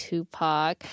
Tupac